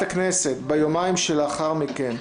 הכנסת ביומיים שלאחר מכן,